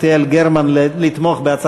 מגן ברכיבה על אופנוע או אופניים),